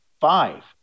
five